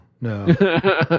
No